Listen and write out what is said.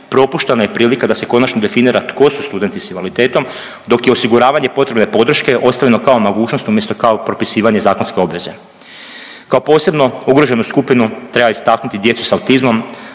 propuštena je prilika da se konačno definira tko su studenti s invaliditetom, dok je osiguravanje potrebne podrške ostavljeno kao mogućnost umjesto kao propisivanje zakonske obveze. Kao posebno ugroženu skupinu treba istaknuti djecu s autizmom